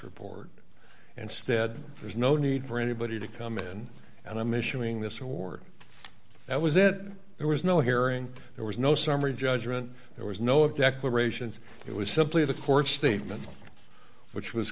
report and said there's no need for anybody to come in and i'm issuing this award that was it there was no hearing there was no summary judgment there was no it declarations it was simply the court statement which was